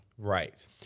Right